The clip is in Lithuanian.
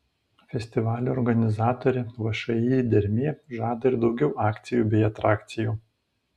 festivalio organizatorė všį dermė žada ir daugiau akcijų bei atrakcijų